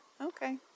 Okay